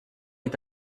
est